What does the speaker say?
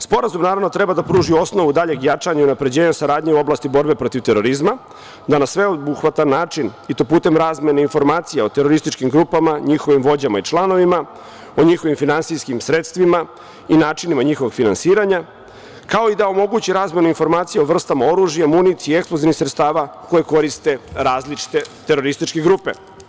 Sporazum, naravno, treba da pruži osnovu daljeg jačanja i unapređenja u saradnji u oblasti borbe protiv terorizma, da na sveobuhvatan način, i to putem razmene informacija o terorističkim grupama, njihovim vođama i članovima, o njihovim finansijskim sredstvima i načinima njihovog finansiranja, kao i da omogući razmenu informacija o vrstama oružja, municije i eksplozivnih sredstava koje koriste različite terorističke grupe.